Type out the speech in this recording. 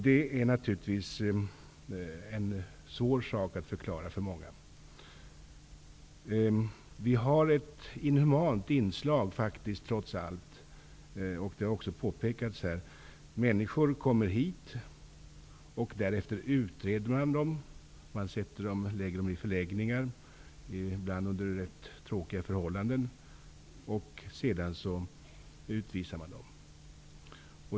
Det är naturligtvis svårt för många att förstå. Vi har faktiskt -- det har också påpekats här -- ett inhumant inslag. Människor kommer hit, man utreder dem, man placerar dem på förläggningar -- ibland under rätt tråkiga förhållanden -- och sedan utvisar man dem.